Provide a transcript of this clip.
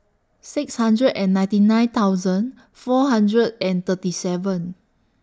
six hundred and ninety nine thousand four hundred and thirty seven